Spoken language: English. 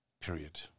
Period